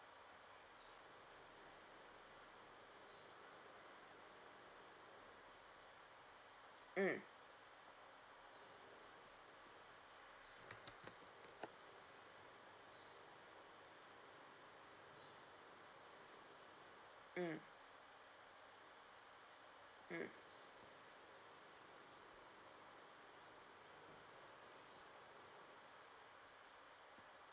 mm mm mm